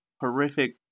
horrific